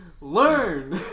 Learn